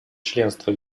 членство